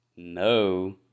no